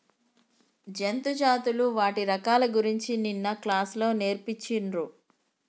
జంతు జాతులు వాటి రకాల గురించి నిన్న క్లాస్ లో నేర్పిచిన్రు